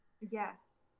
Yes